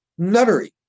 nuttery